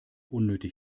unnötig